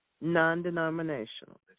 non-denominational